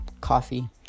coffee